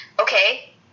okay